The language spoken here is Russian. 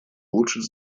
улучшить